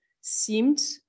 seemed